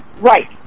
Right